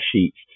sheets